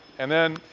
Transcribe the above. and then,